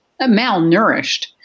malnourished